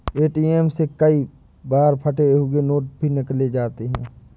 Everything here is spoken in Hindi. ए.टी.एम से कई बार फटे हुए नोट भी निकल जाते हैं